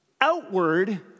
outward